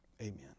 amen